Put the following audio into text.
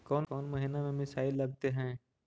कौन महीना में मिसाइल लगते हैं?